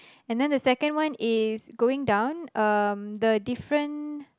and then the second one is going down um the different